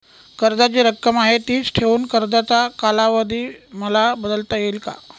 कर्जाची रक्कम आहे तिच ठेवून कर्जाचा कालावधी मला बदलता येईल का?